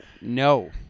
No